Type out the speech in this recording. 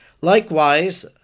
likewise